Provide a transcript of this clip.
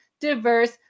diverse